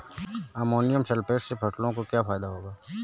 Ammonium sulphate से फसलों को क्या फायदा होगा?